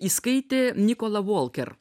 įskaitė nikola volker